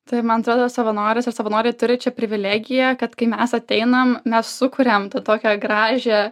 tai man atrodo savanoris ir savanoriai turi čia privilegiją kad kai mes ateinam mes sukuriam tą tokią gražią